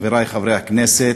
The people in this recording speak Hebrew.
חברי חברי הכנסת,